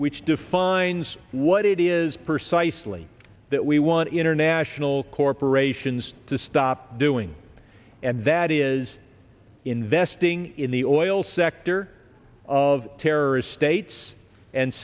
which defines what it is precisely that we want international corporations to stop doing and that is investing in the oil sector of terrorist states and